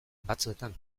batzuetan